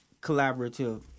collaborative